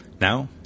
Now